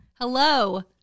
Hello